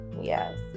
yes